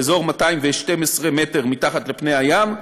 באזור 212 מטר מתחת לפני הים,